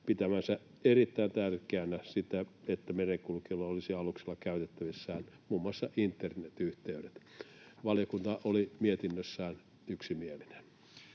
pitävänsä erittäin tärkeänä sitä, että merenkulkijoilla olisi aluksilla käytettävissään muun muassa internetyhteydet. Valiokunta oli mietinnössään yksimielinen.